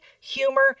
humor